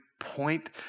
point